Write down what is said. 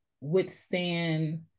withstand